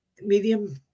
medium